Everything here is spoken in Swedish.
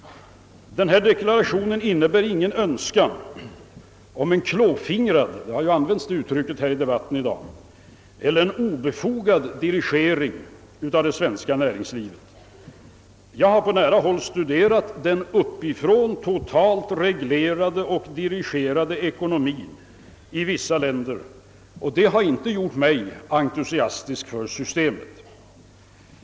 Denna deklaration innebär ingen önskan om en klåfingrig, vilket uttryck ju har använts i debatten i dag, eller obefogad dirigering av det svenska näringslivet. Jag har på nära håll studerat den uppifrån totalt reglerade och dirigerade ekonomien i vissa länder, och detta studium har inte gjort mig entusiastisk för systemet.